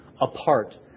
apart